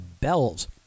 Bells